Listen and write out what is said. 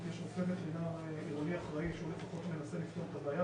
יש רופא וטרינר עירוני אחראי שהוא לפחות מנסה לפתור את הבעיה,